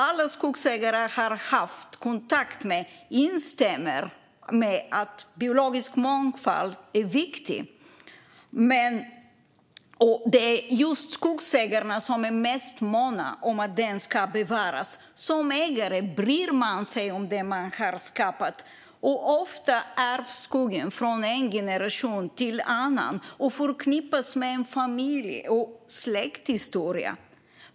Alla skogsägare som jag har haft kontakt med instämmer i att biologisk mångfald är viktig. Det är just skogsägarna som är mest måna om att den ska bevaras. Som ägare bryr man sig om det som man har skapat. Ofta ärvs skogen från en generation till en annan och förknippas med en familjs eller släkts historia.